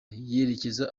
yerekeza